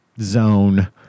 zone